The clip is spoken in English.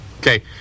Okay